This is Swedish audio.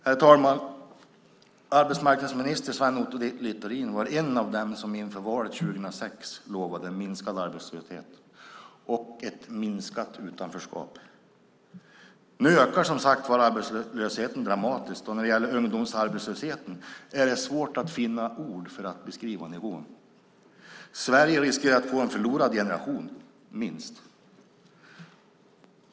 Herr talman! Arbetsmarknadsminister Sven Otto Littorin var en av dem som inför valet 2006 lovade minskad arbetslöshet och ett minskat utanförskap. Nu ökar, som sagt , arbetslösheten dramatiskt, och när det gäller ungdomsarbetslösheten är det svårt att finna ord för att beskriva nivån. Sverige riskerar att få en förlorad generation, minst.